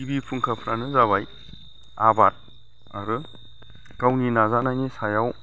गिबि फुंखाफ्रानो जाबाय आबाद आरो गावनि नाजानायनि सायाव